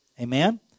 amen